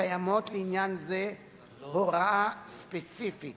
קיימת לעניין זה הוראה ספציפית